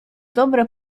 dobre